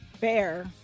Fair